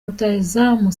rutahizamu